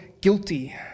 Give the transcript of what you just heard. guilty